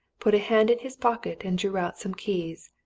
put a hand in his pocket, and drew out some keys.